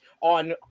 on